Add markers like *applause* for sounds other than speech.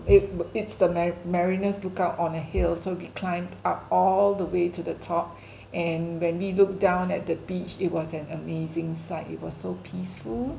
it b~ it's the mari~ mariners lookout on a hill so we climbed up all the way to the top *breath* and when we look down at the beach it was an amazing sight it was so peaceful